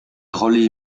relie